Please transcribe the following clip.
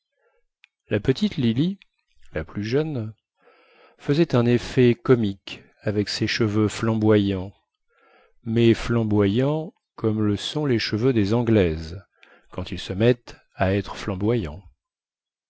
la petit lily la plus jeune faisait un effet comique avec ses cheveux flamboyants mais flamboyants comme le sont les cheveux des anglaises quand ils se mettent à être flamboyants